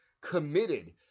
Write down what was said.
committed